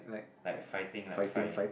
like fighting like fight